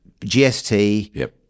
GST